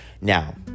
Now